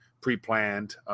pre-planned